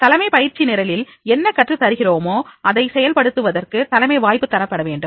தலைமை பயிற்சி நிரலில் என்ன கற்றுத் தருகிறோமோ அதை செயல்படுத்துவதற்கு தலைமை வாய்ப்பு தரப்பட வேண்டும்